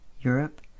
Europe